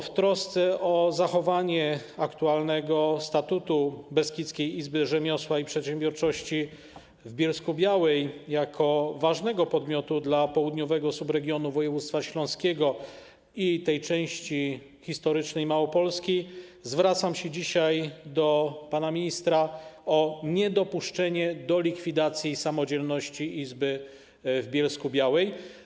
W trosce o zachowanie aktualnego statusu Beskidzkiej Izby Rzemiosła i Przedsiębiorczości w Bielsku-Białej jako ważnego podmiotu dla południowego subregionu województwa śląskiego i tej części historycznej Małopolski zwracam się dzisiaj do pana ministra o niedopuszczenie do likwidacji samodzielności izby w Bielsku Białej.